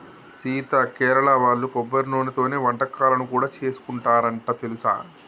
సీత కేరళ వాళ్ళు కొబ్బరి నూనెతోనే వంటకాలను కూడా సేసుకుంటారంట తెలుసా